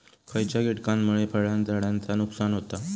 खयच्या किटकांमुळे फळझाडांचा नुकसान होता?